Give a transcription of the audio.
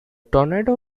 tornado